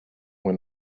when